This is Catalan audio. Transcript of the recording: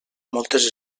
moltes